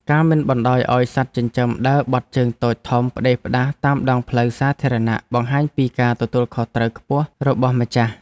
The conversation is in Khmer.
ការមិនបណ្តោយឱ្យសត្វចិញ្ចឹមដើរបត់ជើងតូចធំផ្តេសផ្តាសតាមដងផ្លូវសាធារណៈបង្ហាញពីការទទួលខុសត្រូវខ្ពស់របស់ម្ចាស់។